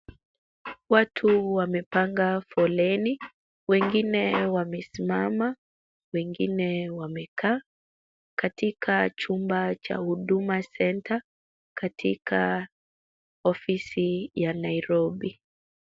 Watu wamepanga foleni, wengine wamesimama, wengine wamekaa katika chumba cha huduma centre katika ofisi ya Nairobi.